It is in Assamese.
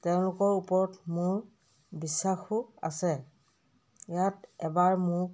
তেওঁলোকৰ ওপৰত মোৰ বিশ্বাসো আছে ইয়াত এবাৰ মোক